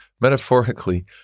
metaphorically